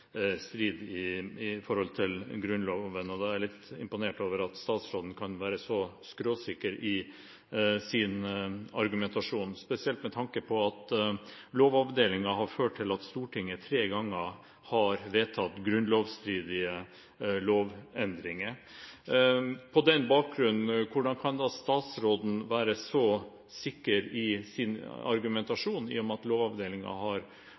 strid med Grunnloven. Da er jeg litt imponert over at statsråden kan være så skråsikker i sin argumentasjon, spesielt med tanke på at arbeidet i Lovavdelingen har ført til at Stortinget tre ganger har vedtatt grunnlovsstridige lovendringer. På den bakgrunn: Hvordan kan statsråden være så sikker i sin argumentasjon, i og med at Lovavdelingen har